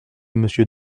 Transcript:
monsieur